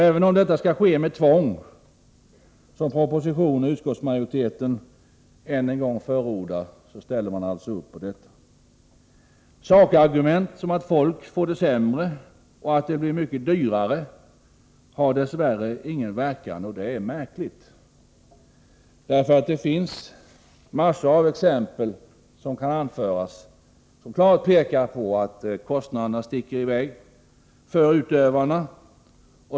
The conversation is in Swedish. Även om ändringarna skall ske med tvång, såsom propositionen och utskottsmajoriteten än en gång förordar, ställer socialdemokraterna alltså upp på detta. Sakargument, som att folk får det sämre och att det blir mycket dyrare, har dess värre ingen verkan, vilket är märkligt. Massor av exempel kan ju anföras, vilka klart pekar på att kostnaderna sticker i väg för utövarna.